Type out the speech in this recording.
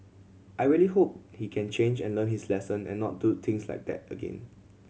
I really hope he can change and learn his lesson and not do things like that again